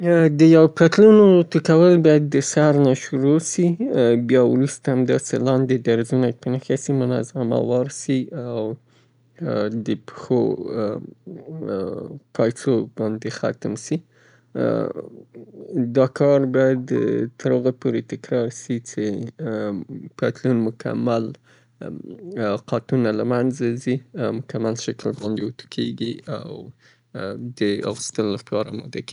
د جامو د اوتو کولو لپاره باید اوتو په مناسبه اندازه باندې ګرم سي، اکثراً اوتومات دي، درجه یې کولای سئ عیار کړئ. کله چه درجه عیاره سوه کولای سئ تاسې د هغه د اوبو نه استفاده وکئ، که چیرې زیات، لباس زیات چملک وي او وروسته به بیا کولای سئ اوتو یې کړئ او پرې.